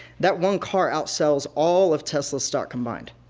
that one car outsells all of tesla's stock combined.